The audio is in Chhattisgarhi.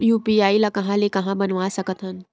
यू.पी.आई ल कहां ले कहां ले बनवा सकत हन?